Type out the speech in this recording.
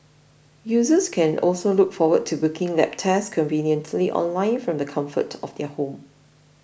users can also look forward to booking lab tests conveniently online from the comfort of their home